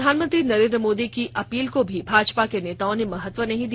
प्रधानमंत्री नरेंद्र मोदी की अपील को भी भाजपा के नेताओं ने महत्व नहीं दिया